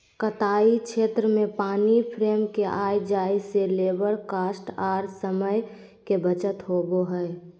कताई क्षेत्र में पानी फ्रेम के आय जाय से लेबर कॉस्ट आर समय के बचत होबय हय